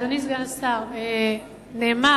אדוני סגן השר, נאמר